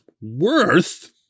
worth